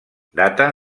data